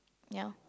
yeah